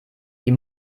die